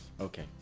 Okay